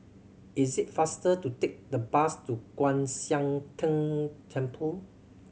is it faster to take the bus to Kwan Siang Tng Temple